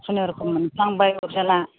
खुनुरुखुम मोनफ्लांबाय अरजाला